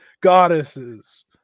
goddesses